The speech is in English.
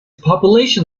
population